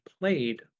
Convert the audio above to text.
played